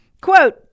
Quote